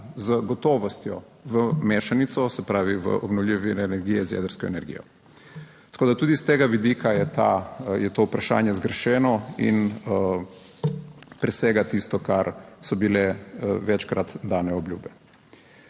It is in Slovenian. z gotovostjo v mešanico, se pravi ,v obnovljive vire energije, z jedrsko energijo. Tako, da tudi s tega vidika je ta, je to vprašanje zgrešeno in presega tisto, kar so bile večkrat dane obljube.